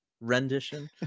rendition